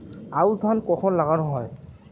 আউশ ধান কখন লাগানো হয়?